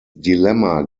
dilemma